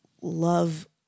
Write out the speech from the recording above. love